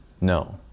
No